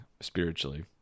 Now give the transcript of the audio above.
spiritually